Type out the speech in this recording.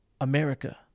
america